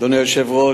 אדוני היושב-ראש,